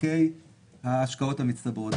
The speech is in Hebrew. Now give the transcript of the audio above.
חלקי ההשקעות המצטברות.